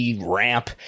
ramp